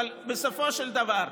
אבל בסופו של דבר,